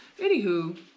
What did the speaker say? Anywho